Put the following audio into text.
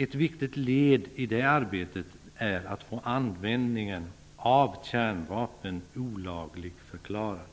Ett viktigt led i det arbetet är att få användningen av kärnvapen olagligförklarad.